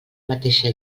mateixa